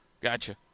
Gotcha